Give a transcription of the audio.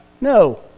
No